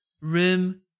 rim